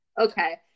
Okay